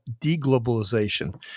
deglobalization